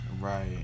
Right